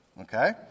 Okay